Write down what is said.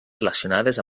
relacionades